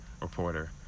reporter